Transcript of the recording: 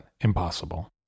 impossible